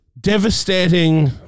devastating